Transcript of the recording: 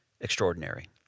extraordinary